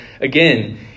again